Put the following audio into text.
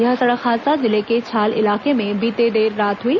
यह सड़क हादसा जिले के छाल इलाके में बीर्ती देर रात हुआ